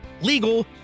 legal